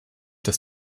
das